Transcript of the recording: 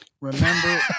Remember